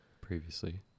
previously